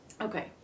okay